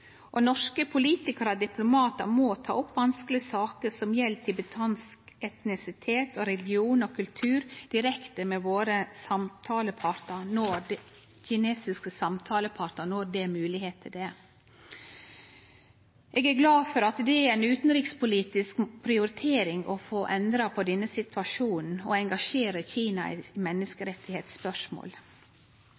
på. Norske politikarar og diplomatar må ta opp vanskelege saker som gjeld tibetansk etnisitet, tibetansk religion og tibetansk kultur direkte med våre kinesiske samtalepartar, når det er moglegheit for det. Eg er glad for at det er ei utanrikspolitisk prioritering å få endra på denne situasjonen og å engasjere Kina